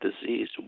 disease